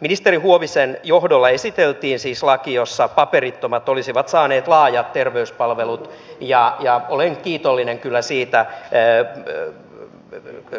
ministeri huovisen johdolla esiteltiin siis laki jossa paperittomat olisivat saaneet laajat terveyspalvelut ja olen kiitollinen kyllä siitä